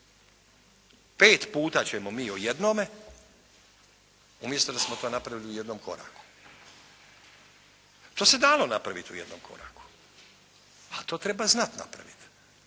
Pet puta ćemo mi o jednome, umjesto da smo to napravili u jednom koraku. To se dalo napraviti u jednom koraku, ali to treba znati napraviti.